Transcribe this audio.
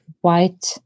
white